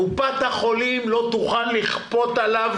קופת חולים לא תוכל לכפות עליו.